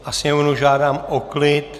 A sněmovnu žádám o klid.